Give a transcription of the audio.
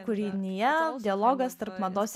kūrinyje dialogas tarp mados